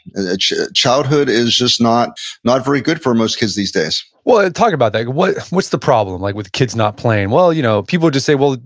and yeah childhood is just not not very good for most kids these days well, talk about that. what's what's the problem like with kids not playing? well, you know people just say, well,